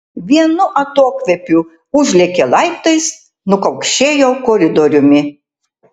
vienu atokvėpiu užlėkė laiptais nukaukšėjo koridoriumi